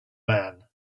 man